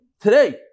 today